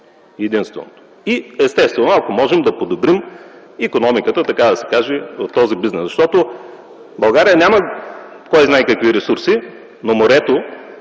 единственото и естествено, ако можем да подобрим икономиката, така да се каже, в този бизнес. Защото България няма кой знае какви ресурси, но морето